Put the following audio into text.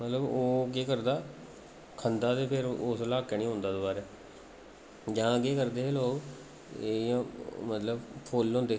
मतलब ओह् केह् करदा खंदा ते फ्ही उस इलाके निं औंदा दोआरै जां केह् करदे हे लोक इ'यां मतलब फुल्ल होंदे